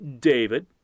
David